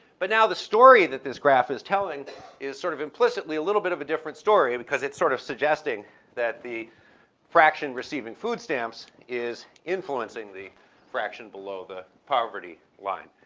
but now the story that this graph is telling is sort of implicitly a little bit of a different story, because it's sort of suggesting that the fraction receiving food stamps is influencing the fraction below the poverty line.